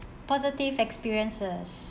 positive experiences